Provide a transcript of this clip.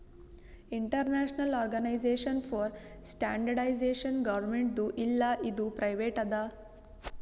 international organisation for standardisation ಗೌರ್ಮೆಂಟ್ದು ಇಲ್ಲ ಇದು ಪ್ರೈವೇಟ್ ಅದಾ